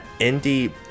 indie